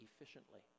efficiently